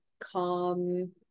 calm